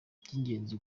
iby’ingenzi